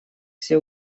все